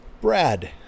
Brad